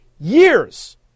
years